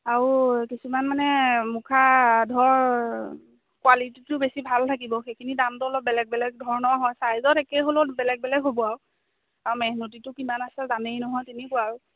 আৰু কিছুমান মানে মুখা ধৰক কোৱালিটিটো বেছি ভাল থাকিব সেইখিনি দামটো অলপ বেলেগ বেলেগ ধৰণৰ হয় চাইজত একেই হ'লেও বেলেগ বেলেগ হ'ব আৰু মেহনতিটো কিমান আছে জানেই নহয় তেনেকুৱা আৰু